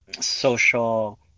social